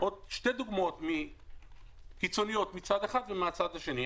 עוד שתי דוגמאות קיצוניות מן הצד האחד ומן הצד השני.